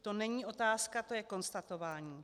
To není otázka, to je konstatování.